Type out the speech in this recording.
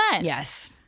Yes